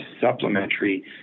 supplementary